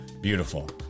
Beautiful